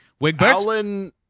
Wigbert